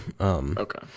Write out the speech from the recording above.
Okay